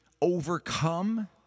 overcome